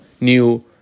new